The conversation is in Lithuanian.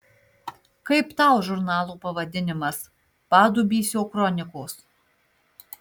kaip tau žurnalo pavadinimas padubysio kronikos